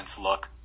look